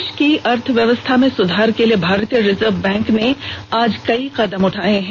देश की अर्थव्यवस्था में सुधार के लिए भारतीय रिजर्व बैंक ने आज कई कदम उठाये हैं